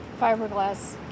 fiberglass